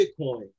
Bitcoin